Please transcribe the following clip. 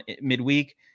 midweek